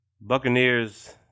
Buccaneers